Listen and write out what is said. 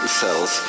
cells